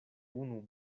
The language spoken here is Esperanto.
unu